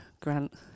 Grant